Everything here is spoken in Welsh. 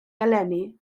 eleni